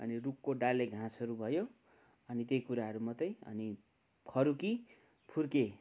अनि रुखको डाले घाँसहरू भयो अनि त्यही कुराहरू मात्रै अनि खरुकी फुर्के